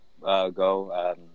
Go